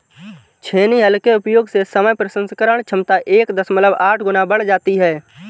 छेनी हल के उपयोग से समय प्रसंस्करण क्षमता एक दशमलव आठ गुना बढ़ जाती है